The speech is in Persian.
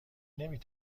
نمی